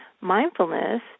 Mindfulness